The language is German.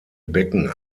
becken